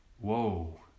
Whoa